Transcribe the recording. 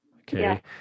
Okay